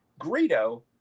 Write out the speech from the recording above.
Greedo